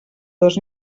dos